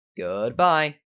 Goodbye